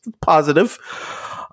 positive